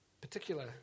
particular